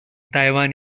taiwan